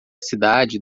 cidade